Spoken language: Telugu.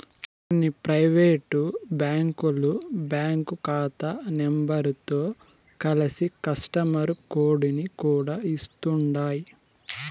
కొన్ని పైవేటు బ్యాంకులు బ్యాంకు కాతా నెంబరుతో కలిసి కస్టమరు కోడుని కూడా ఇస్తుండాయ్